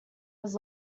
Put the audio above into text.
was